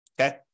okay